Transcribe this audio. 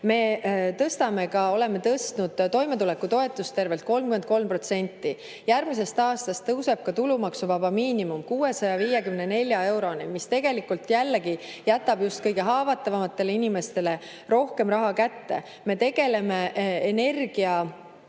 teeme. Me oleme tõstnud toimetulekutoetust tervelt 33%, järgmisest aastast tõuseb tulumaksuvaba miinimum 654 euroni, mis tegelikult jätab just kõige haavatavamatele inimestele rohkem raha kätte. Me tegeleme